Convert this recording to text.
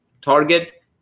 Target